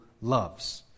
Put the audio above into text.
loves